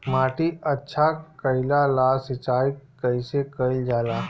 माटी अच्छा कइला ला सिंचाई कइसे कइल जाला?